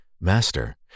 Master